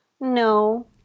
no